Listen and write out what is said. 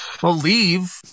believe